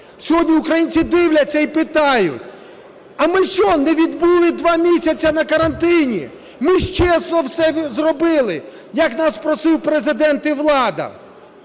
Сьогодні українці дивляться і питають: "А ми що не відбули 2 місяці на карантині? Ми ж чесно все зробили, як нас просив Президент і влада".